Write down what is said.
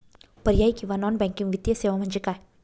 पर्यायी किंवा non banking वित्तीय सेवा म्हणजे काय?